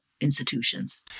institutions